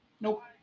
Nope